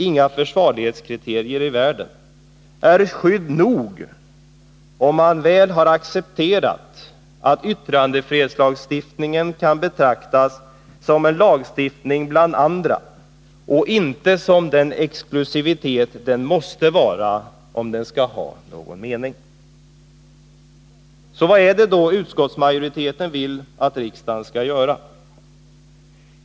Inga försvarlighetskriterier i världen är skydd nog om man väl har accepterat att yttrandefrihetslagstiftningen kan betraktas som en lagstiftning bland andra och inte som den exklusivitet den måste vara om den skall ha någon mening. Vad är det då utskottsmajoriteten vill att riksdagen skall göra?